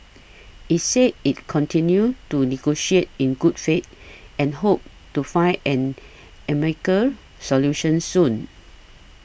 it said it continued to negotiate in good faith and hoped to find an amicable solution soon